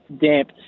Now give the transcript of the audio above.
damp